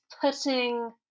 putting